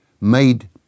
made